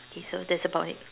okay so that's about it